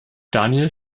daniel